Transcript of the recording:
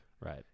Right